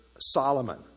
Solomon